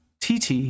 TT